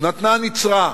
נתנה נצרה,